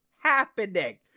happening